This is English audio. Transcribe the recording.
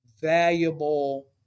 valuable